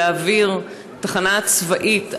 להעביר תחנה צבאית.